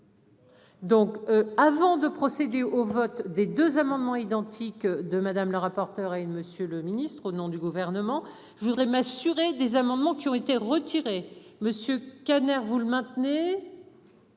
Donc avant de procéder au vote des 2 amendements identiques de madame le rapporteur et une Monsieur le Ministre. Au nom du gouvernement, je voudrais m'assurer des amendements qui ont été retirés Monsieur Kader vous le maintenez.